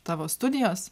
tavo studijos